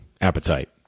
appetite